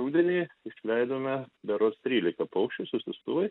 rudenį išleidome berods trylika paukščius su siųstuvais